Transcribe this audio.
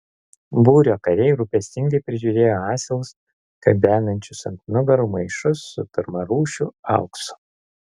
būrio kariai rūpestingai prižiūrėjo asilus gabenančius ant nugarų maišus su pirmarūšiu auksu